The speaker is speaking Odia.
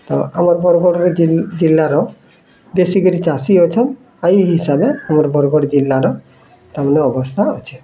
ତ ଆମର୍ ବରଗଡ଼୍ରେ ଯେନ୍ ଜିଲ୍ଲାର ବେଶୀ କିରି ଚାଷୀ ଅଛନ୍ ଆଉ ଏଇ ହିସାବେ ଆମର୍ ବରଗଡ଼ ଜିଲ୍ଲାର ତାମାନେ ଅବସ୍ଥା ଅଛେ